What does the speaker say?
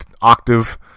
octave